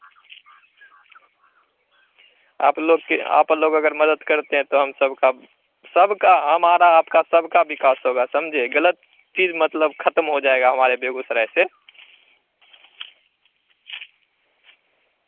आप लोग के आप लोग अगर मदद करते हैं तो हम सबका सबका हमारा आपका सबका विकास होगा समझे गलत चीज मतलब ख़त्म हो जाएगा हमारे बेगूसराय से